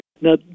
now